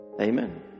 amen